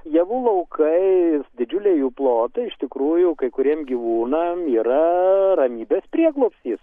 javų laukai didžiuliai plotai iš tikrųjų kai kuriem gyvūnam yra ramybės prieglobstis